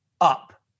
up